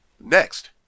Next